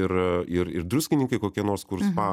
ir ir ir druskininkai kokie nors kur spa